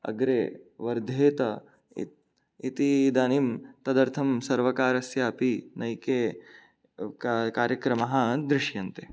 अग्रे वर्धेत इ इति इदानीं तदर्थं सर्वकारस्य अपि नैके कार् कार्यक्रमाः दृश्यन्ते